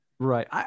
Right